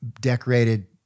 Decorated